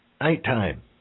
nighttime